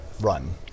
run